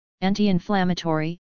anti-inflammatory